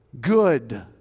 good